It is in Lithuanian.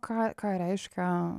ką ką reiškia